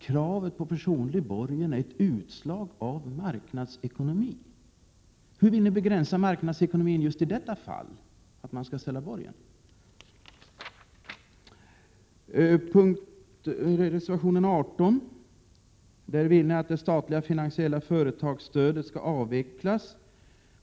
Kravet på personlig borgen är ett utslag av marknadsekonomi. Hur vill ni begränsa marknadsekonomin just i det fall där det skall ställas borgen? I reservation 18 vill ni att det statliga finansiella företagsstödet skall avvecklas.